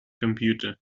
computer